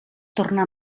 torna